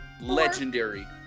Legendary